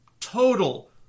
total